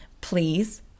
please